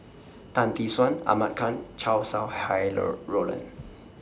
Tan Tee Suan Ahmad Khan Chow Sau Hai Roland